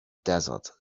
desert